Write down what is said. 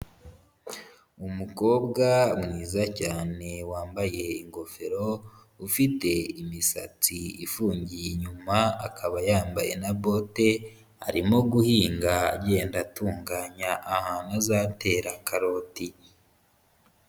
Umukobwa mwiza cyane wambaye ingofero, ufite imisatsi ifungiye inyuma akaba yambaye na bote, arimo guhinga agenda atunganya ahantu azatera karoti.